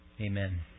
Amen